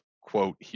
quote